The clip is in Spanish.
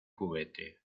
juguete